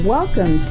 Welcome